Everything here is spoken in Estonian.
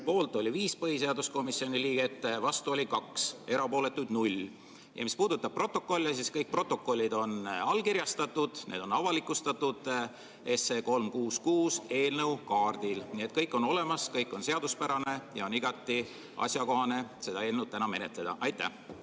Poolt oli 5 põhiseaduskomisjoni liiget, vastu oli 2, erapooletuid 0. Mis puudutab protokolle, siis kõik protokollid on allkirjastatud, need on avalikustatud eelnõu 366 eelnõukaardil, nii et kõik on olemas, kõik on seaduspärane ja on igati asjakohane seda eelnõu täna menetleda. Aitäh,